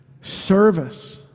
Service